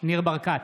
ניר ברקת,